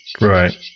Right